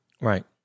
Right